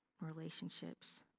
relationships